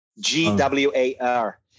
G-W-A-R